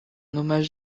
hommage